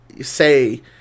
say